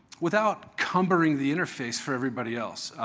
without cumbering the interface for everybody else.